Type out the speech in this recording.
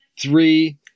three